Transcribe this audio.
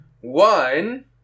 one